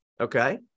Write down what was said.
Okay